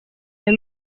iyo